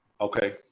Okay